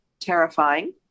terrifying